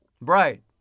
Right